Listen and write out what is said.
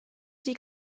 die